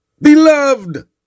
beloved